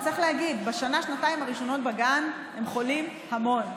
צריך להגיד: בשנה-שנתיים הראשונות בגן הם חולים המון.